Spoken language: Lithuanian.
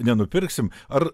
nenupirksim ar